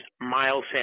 Miles